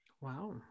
Wow